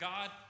God